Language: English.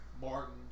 Martin